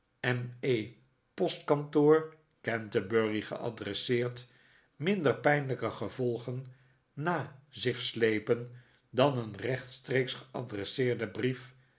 m e postkantoor canterbury geadresseerd minder pijnlijke gevolgen na zich slepen dan een rechtstreeks geadresseerde brief